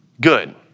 good